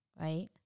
right